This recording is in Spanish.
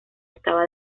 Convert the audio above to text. estaba